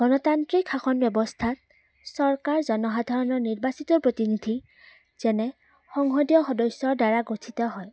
গণতান্ত্ৰিক শাসন ব্যৱস্থাত চৰকাৰ জনসাধাৰণৰ নিৰ্বাচিত প্ৰতিনিধি যেনে সংসদীয় সদস্যৰ দ্বাৰা গঠিত হয়